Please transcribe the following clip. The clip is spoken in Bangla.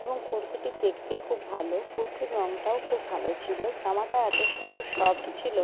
এবং কুর্তিটি দেখতে খুব ভালো কুর্তির রঙটাও খুব ভালো ছিলো জামাটা এত সুন্দর সফট ছিলো